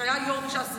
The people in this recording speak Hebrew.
שהיה היו"ר מש"ס,